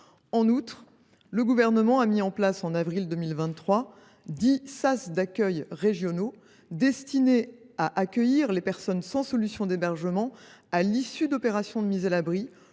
En outre, le Gouvernement a mis en place au mois d’avril 2023 dix sas d’accueil régionaux destinés à accueillir les personnes sans solution d’hébergement à l’issue d’opérations de mise à l’abri,